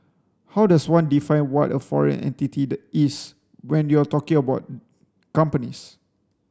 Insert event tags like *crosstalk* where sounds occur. how does one define what a foreign entity is when you're talking about *unintelligible* companies